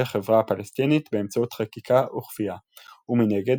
החברה הפלסטינית באמצעות חקיקה וכפייה; ומנגד,